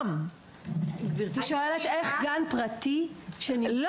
גברתי שואלת איך גן פרטי ש ---?